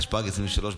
התשפ"ג 2023,